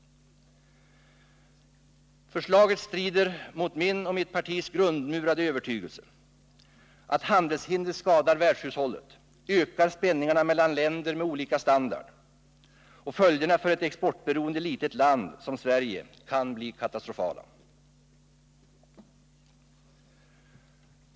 Förslaget strider mot min och mitt partis grundmurade övertygelse att handelshinder skadar världshushållet och ökar spänningarna mellan länder med olika standard. Följderna för ett exportberoende litet land som Sverige kan bli katastrofala.